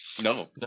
no